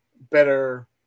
better –